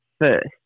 first